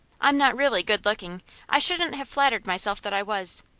i'm not really good-looking i shouldn't have flattered myself that i was.